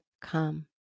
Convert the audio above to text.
come